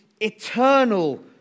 eternal